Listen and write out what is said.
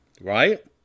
right